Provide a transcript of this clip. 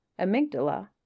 amygdala